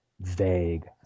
vague